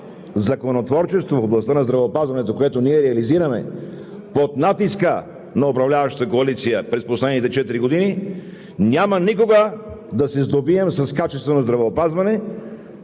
законотворчество в областта на здравеопазването, което ние реализираме под натиска на управляващата коалиция през последните четири години, няма никога да се сдобием с качествено здравеопазване.